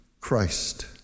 Christ